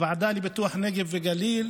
הוועדה לפיתוח הנגב והגליל